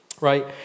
Right